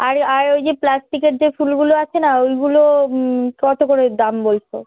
আর আর ওই যে প্লাস্টিকের যে ফুলগুলো আছে না ওইগুলো কত করে দাম বলছো